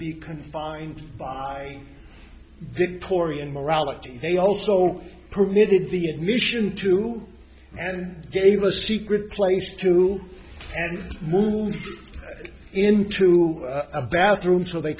be confined by victorian morality they also permitted the admission to and gave a secret place to ten moved into a bathroom so they